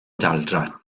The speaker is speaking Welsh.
daldra